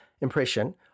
impression